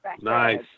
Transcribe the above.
Nice